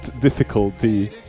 difficulty